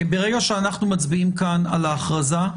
ברגע שאנחנו מצביעים כאן על ההכרזה,